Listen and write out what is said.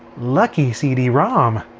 lucky cd-rom.